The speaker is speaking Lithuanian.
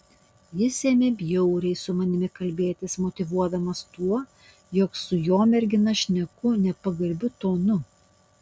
jis ėmė bjauriai su manimi kalbėtis motyvuodamas tuo jog su jo mergina šneku nepagarbiu tonu